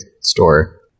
store